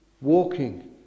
Walking